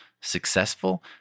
successful